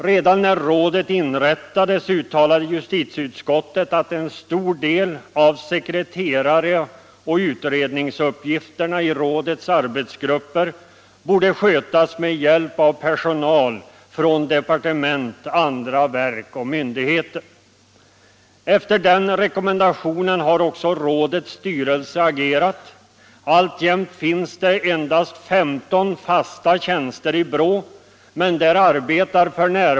Redan när rådet inrättades uttalade justitieutskottet att en stor del av sekreteraroch utredningsuppgifterna i rådets arbetsgrupper borde skötas med hjälp av personal från departement, andra verk och myndigheter. Efter den rekommendationen har också rådets styrelse agerat. Alltjämt finns endast 15 fasta tjänster i BRÅ, men där arbetar f. n.